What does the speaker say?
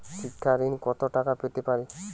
শিক্ষা ঋণ কত টাকা পেতে পারি?